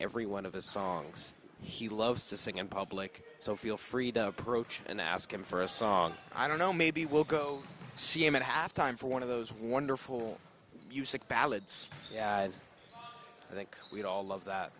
every one of his songs he loves to sing in public so feel free to approach and ask him for a song i don't know maybe we'll go see him at halftime for one of those wonderful music ballads yeah i think we'd all love that